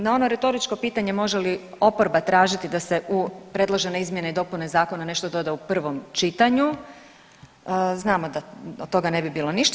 Na ono retoričko pitanje može li oporba tražiti da se u predložene izmjene i dopune zakona nešto doda u prvom čitanju, znamo da od toga ne bi bilo ništa.